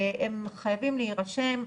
הם חייבים להירשם,